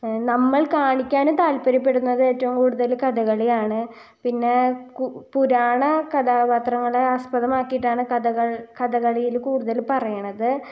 നമ്മൾ കാണിക്കാനും താൽപര്യപ്പെടുന്നത് ഏറ്റവും കൂടുതൽ കഥകളിയാണ് പിന്നെ പുരാണ കഥാപാത്രങ്ങളെ ആസ്പദമാക്കിയിട്ടാണ് കഥകൾ കഥകളിയിൽ കൂടുതൽ പറയുന്നത്